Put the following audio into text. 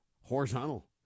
horizontal